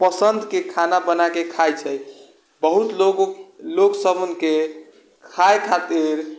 पसन्दके खाना बनाके खाइत छै बहुत लोग लोग सबके खाए खातिर